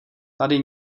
tady